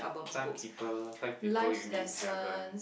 time keeper Five People You Meet in Heaven